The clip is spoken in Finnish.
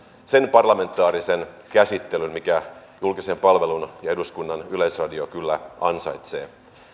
sen parlamentaarisen käsittelyn minkä julkinen palvelu ja eduskunnan yleisradio kyllä ansaitsee